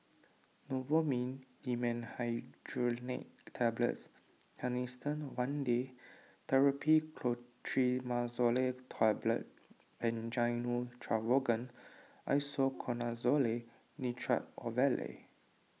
Novomin Dimenhydrinate Tablets Canesten one Day therapy Clotrimazole Tablet and Gyno Travogen Isoconazole Nitrate Ovule